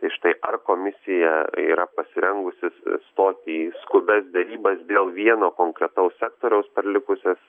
tai štai ar komisija yra pasirengusi stoti į skubias derybas dėl vieno konkretaus sektoriaus per likusias